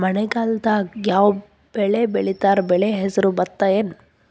ಮಳೆಗಾಲದಾಗ್ ಯಾವ್ ಬೆಳಿ ಬೆಳಿತಾರ, ಬೆಳಿ ಹೆಸರು ಭತ್ತ ಏನ್?